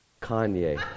Kanye